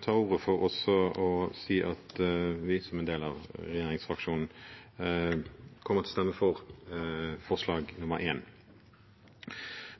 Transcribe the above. tar ordet for å si at vi, som en del av regjeringsfraksjonen, kommer til å stemme for forslag nr. 1.